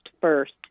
first